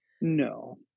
No